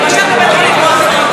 למשל בבית חולים וולפסון,